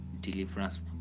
deliverance